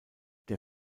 der